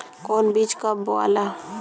कौन बीज कब बोआला?